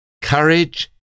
courage